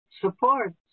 support